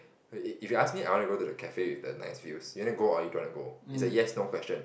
if if you ask me I want to go to the cafe with the nice view you want to go or you don't want to go it's a yes no question